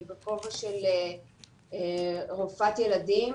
אני בכובע של רופאת ילדים,